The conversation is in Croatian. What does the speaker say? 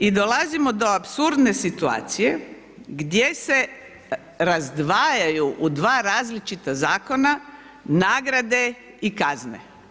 I dolazimo do apsurdne situacije, gdje se razdvajaju u dva različita zakona, nagrade i kazne.